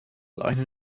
liner